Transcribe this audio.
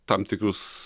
tam tikrus